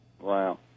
Wow